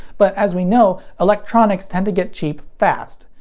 but as we know electronics tend to get cheap fast.